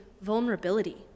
vulnerability